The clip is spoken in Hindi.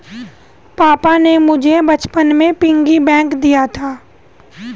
पापा ने मुझे बचपन में पिग्गी बैंक दिया था